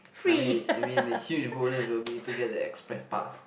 I mean I mean a huge bonus will be to get the express pass